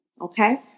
Okay